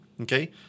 Okay